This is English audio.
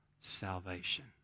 salvation